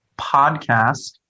podcast